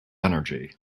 energy